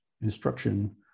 instruction